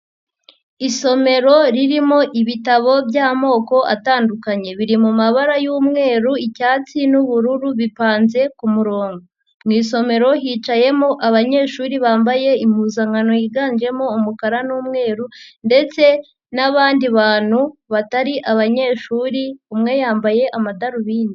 Isomero ririmo ibitabo by'amoko atandukanye, biri mu mabara y'umweru, icyatsi n'ubururu, bipanze ku murongo, mu isomero hicayemo abanyeshuri bambaye impuzankano yiganjemo umukara n'umweru ndetse n'abandi bantu batari abanyeshuri, umwe yambaye amadarubindi.